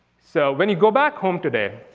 so when you go back home today.